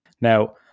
Now